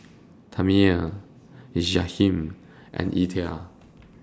Tami Jahiem and Ether